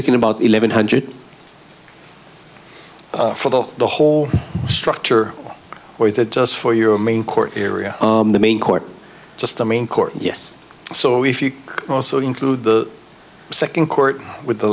looking about eleven hundred for the whole structure or is that just for your main court area the main court just the main court yes so if you also include the second court with the